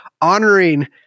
honoring